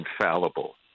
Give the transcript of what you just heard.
infallible